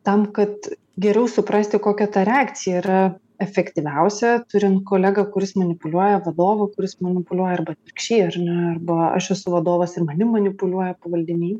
tam kad geriau suprasti kokia ta reakcija yra efektyviausia turint kolegą kuris manipuliuoja vadovu kuris manipuliuoja arba atvirkščiai ar arba aš esu vadovas ir manimi manipuliuoja pavaldiniai